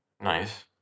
nice